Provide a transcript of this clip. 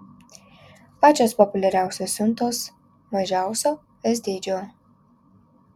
pačios populiariausios siuntos mažiausio s dydžio